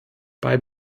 bei